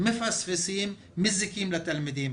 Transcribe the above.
מפספסים ומזיקים לתלמידים.